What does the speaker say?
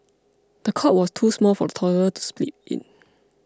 the cot was too small for the toddler to sleep in